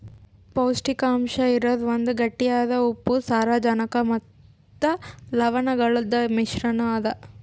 ಪೌಷ್ಟಿಕಾಂಶ ಇರದ್ ಒಂದ್ ಗಟ್ಟಿಯಾದ ಉಪ್ಪು, ಸಾರಜನಕ ಮತ್ತ ಲವಣಗೊಳ್ದು ಮಿಶ್ರಣ ಅದಾ